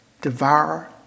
devour